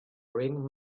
ring